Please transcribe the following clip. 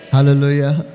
Hallelujah